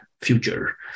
future